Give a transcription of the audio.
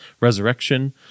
resurrection